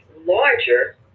larger